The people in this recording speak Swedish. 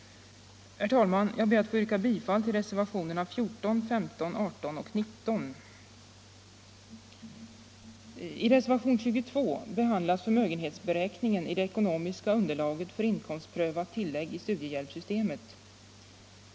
Herr talman! Jag ber att få yrka bifall till reservationerna 14, 15, 18 och 19 vid socialförsäkringsutskottets betänkande. I reservationen 22 behandlas förmögenhetsberäkningen i det ekonomiska underlaget för inkomstprövat tillägg i studiehjälpssystemet.